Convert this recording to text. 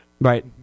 Right